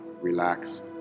relax